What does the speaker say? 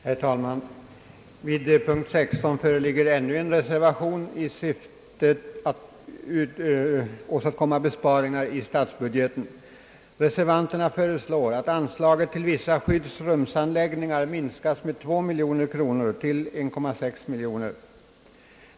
Herr talman! Vid denna punkt föreligger ännu en reservation med syfte att åstadkomma besparingar i statsbudgeten. — Reservanterna hemställer att anslaget till vissa skyddsrumsanläggningar minskas med 2 miljoner till 1,6 miljon kronor.